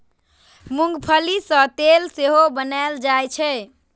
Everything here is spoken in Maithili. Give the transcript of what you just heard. मूंंगफली सं तेल सेहो बनाएल जाइ छै